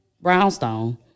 Brownstone